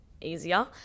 easier